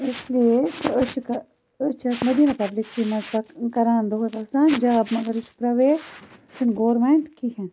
کَران دۄہَس آسان جاب مگر یہِ چھُ پرایویٹ یہِ چھُنہٕ گورمنٹ کِہیٖنۍ